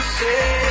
say